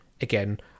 again